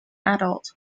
adult